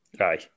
Aye